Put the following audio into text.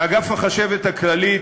מאגף החשבת הכללית,